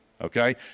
okay